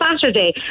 Saturday